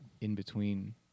in-between